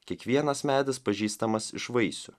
kiekvienas medis pažįstamas iš vaisių